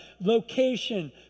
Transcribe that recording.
location